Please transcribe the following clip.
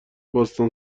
باستان